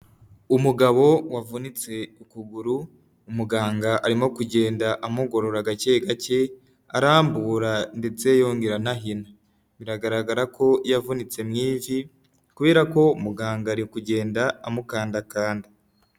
Umugabo wavunitse ukuguru, umuganga arimo kugenda amugorora agake gake, arambura ndetse yongera anahina. Biragaragara ko yavunitse mu ivi, kubera ko muganga ari kugenda amukandatanda.